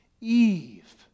Eve